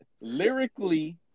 lyrically